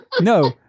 no